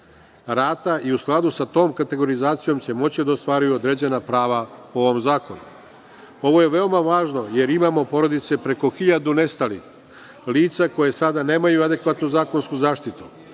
Rata, i u skladu sa tom kategorizacijom, će moći da ostvaruju određena prava po ovom zakonu. Ovo je veoma važno, jer imamo porodice preko hiljadu nestalih lica koja sada nemaju adekvatnu zakonsku zaštitu.